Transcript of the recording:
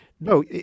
No